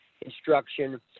instruction